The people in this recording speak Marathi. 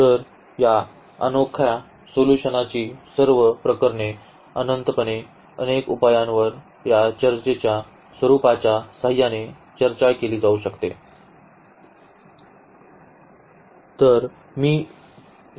तर या अनोख्या सोल्यूशनाची सर्व प्रकरणे अनंतपणे अनेक उपायांवर या चर्चेच्या स्वरुपाच्या सहाय्याने चर्चा केली जाऊ शकते